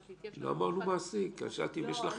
המוצע: איסור שקילת מידע פלילי בניגוד להוראות החוק